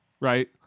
right